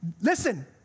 Listen